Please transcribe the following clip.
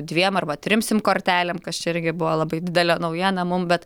dviem arba trim sim kortelėm kas čia irgi buvo labai didelė naujiena mum bet